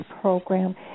program